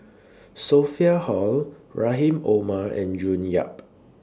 Sophia Hull Rahim Omar and June Yap